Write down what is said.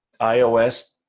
iOS